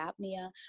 apnea